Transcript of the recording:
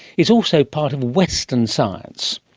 is also part of western science.